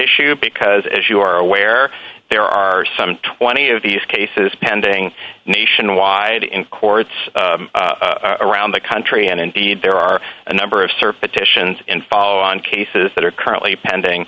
issue because as you are aware there are some twenty of these cases pending nationwide in courts around the country and indeed there are a number of sir petitions in follow on cases that are currently pending